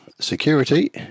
security